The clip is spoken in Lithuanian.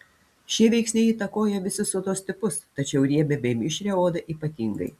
šie veiksniai įtakoja visus odos tipus tačiau riebią bei mišrią odą ypatingai